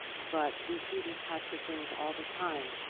but we see these types of things all the time.